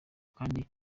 kandi